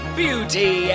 beauty